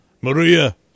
Maria